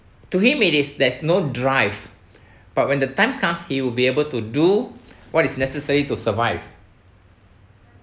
to him it is there's no drive but when the time comes he will be able to do what is necessary to survive